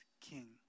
King